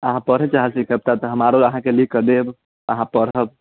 अहाँ पढ़ै चाहै छी कविता तऽ हम आरो अहाँकेँ लिखके देब अहाँ पढ़ब